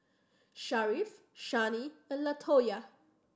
Sharif Shani and Latoya